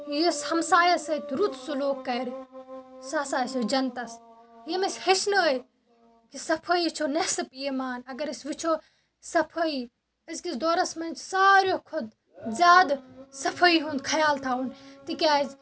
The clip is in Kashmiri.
یُس ہمسایَس سۭتۍ رُت سلوٗک کَرِ سُہ ہسا آسیو جنتَس ییٚمۍ أسۍ ہیٚچھنٲے کہِ صفٲیی چھو نصٮ۪ف ایٖمان اگر أسۍ وٕچھو صفٲیی أزۍکِس دورَس منٛز چھِ ساروِیو کھۄتہٕ زیادٕ صفٲیی ہُنٛد خیال تھاوُن تِکیٛازِ